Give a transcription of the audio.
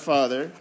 Father